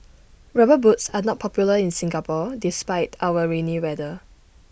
rubber boots are not popular in Singapore despite our rainy weather